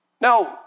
Now